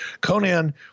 Conan